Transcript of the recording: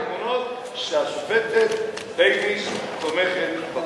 שלוש פעמים היא כתבה ב"ידיעות אחרונות" שהשופטת בייניש תומכת בחוק.